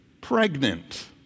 pregnant